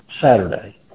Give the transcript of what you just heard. Saturday